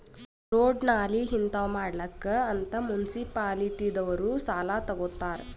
road, ನಾಲಿ ಹಿಂತಾವ್ ಮಾಡ್ಲಕ್ ಅಂತ್ ಮುನ್ಸಿಪಾಲಿಟಿದವ್ರು ಸಾಲಾ ತಗೊತ್ತಾರ್